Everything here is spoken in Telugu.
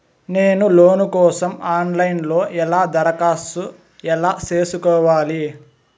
నేను లోను కోసం ఆన్ లైను లో ఎలా దరఖాస్తు ఎలా సేసుకోవాలి?